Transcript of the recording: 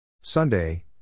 Sunday